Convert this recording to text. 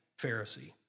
Pharisee